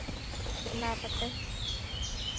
ᱵᱮᱱᱟᱣ ᱠᱚᱛᱮ